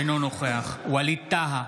אינו נוכח ווליד טאהא,